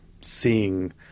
seeing